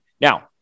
Now